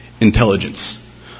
intelligence